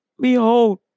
Behold